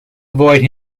avoid